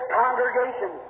congregation